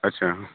आच्चा